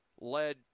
led